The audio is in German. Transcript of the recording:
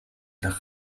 nach